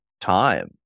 time